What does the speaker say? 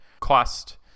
cost